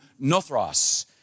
nothros